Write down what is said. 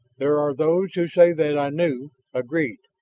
there are those who say that i knew, agreed?